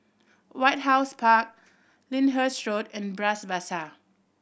White House Park Lyndhurst Road and Bras Basah